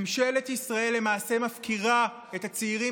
ממשלת ישראל למעשה מפקירה את הצעירים